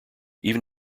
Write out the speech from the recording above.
even